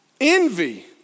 Envy